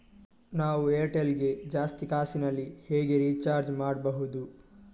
ನಾವು ಏರ್ಟೆಲ್ ಗೆ ಜಾಸ್ತಿ ಕಾಸಿನಲಿ ಹೇಗೆ ರಿಚಾರ್ಜ್ ಮಾಡ್ಬಾಹುದು?